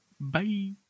bye